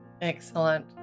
Excellent